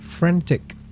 Frantic